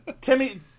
Timmy